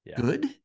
good